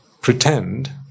pretend